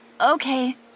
okay